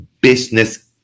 business